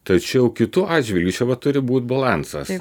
tačiau kitu atžvilgiu čia vat turi būt balansas